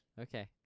Okay